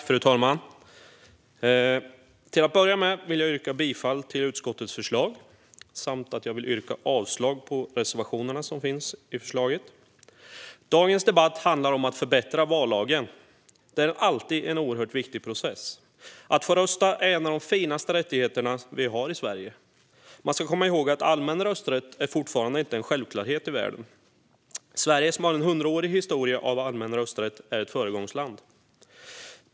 Fru talman! Till att börja med vill jag yrka bifall till utskottets förslag samt yrka avslag på reservationerna i betänkandet. Dagens debatt handlar om att förbättra vallagen. Det är alltid en oerhört viktig process. Att få rösta är en av de finaste rättigheterna vi har i Sverige. Man ska komma ihåg att allmän rösträtt fortfarande inte är en självklarhet i världen. Sverige, som har en hundraårig historia av allmän rösträtt, är ett föregångsland.